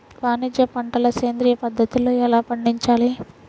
వాణిజ్య పంటలు సేంద్రియ పద్ధతిలో ఎలా పండించాలి?